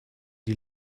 die